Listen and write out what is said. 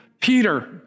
Peter